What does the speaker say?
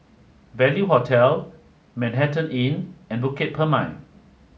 value Hotel Manhattan Inn and Bukit Purmei